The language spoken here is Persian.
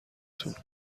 تون